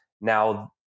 Now